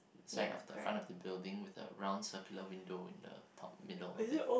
side of the front of the building with the round circular window in the top middle of it